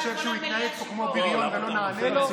הוא חושב שהוא יתנהג פה כמו בריון ולא נענה לו?